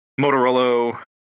Motorola